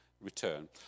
return